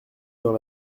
dans